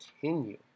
continue